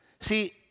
See